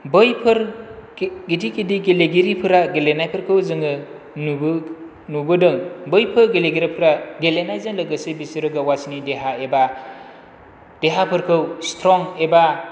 बैफोर गिदिर गिदिर गेलेगिरिफोरा गेलेनायखौ जोङो नुबो नुबोदों बैफोर गेलेगिरिफोरा गेलेनायजों लोगोसे बिसोर गाव गावसिनि देहा एबा देहाफोरखौ स्ट्रं एबा